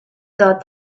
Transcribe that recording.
thought